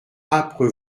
âpre